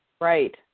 Right